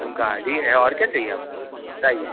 उनका I D है और क्या चहिए आपको बताइए